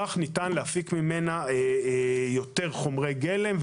כך ניתן להפיק ממנה יותר חומרי גלם,